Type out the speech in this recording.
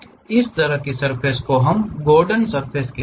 इस तरह की सर्फ़ेस को हम गॉर्डन सरफेस कहते हैं